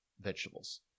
vegetables